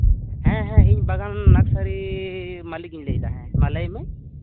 ᱦᱮᱸ ᱦᱮᱸ ᱤᱧ ᱵᱟᱜᱟᱱ ᱱᱟᱨᱥᱟᱨᱤ ᱢᱟᱞᱤᱠᱤᱧ ᱞᱟᱹᱭ ᱮᱫᱟ ᱦᱮᱸ ᱢᱟ ᱞᱟᱹᱭ ᱢᱮ